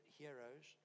heroes